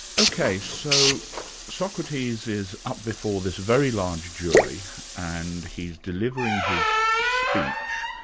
ok, so socrates is up before this very large jury and he's delivering his speech,